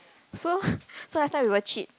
so so last time we will cheat